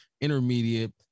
Intermediate